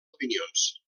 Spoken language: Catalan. opinions